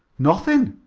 nothing,